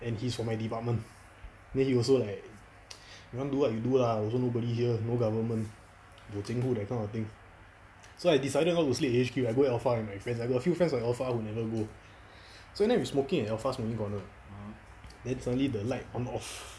and he's from my department then he also like you want do what you do ah also nobody here no government bo zheng hu that kind of thing so I decided not to sleep in H_Q I go alpha with my friends I got a few friends from alpha who never go so at night we smoking at alpha smoking corner then suddenly the light on off